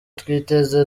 twiteze